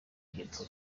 hitwa